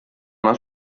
una